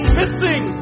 missing